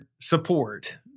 support